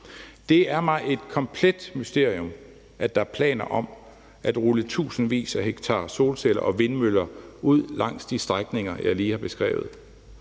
Det er mig et komplet mysterium, at der er planer om at rulle tusindvis af hektar solceller og vindmøller ud langs de strækninger, jeg lige har beskrevet,